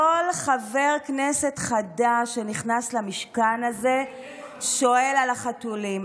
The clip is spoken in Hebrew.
כל חבר כנסת חדש שנכנס למשכן הזה שואל על החתולים,